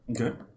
Okay